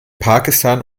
pakistan